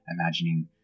imagining